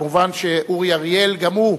כמובן, אורי אריאל גם הוא